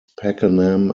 pakenham